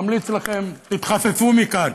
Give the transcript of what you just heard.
ממליץ לכם: תתחפפו מכאן.